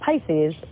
Pisces